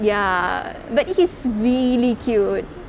ya but he's really cute